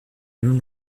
même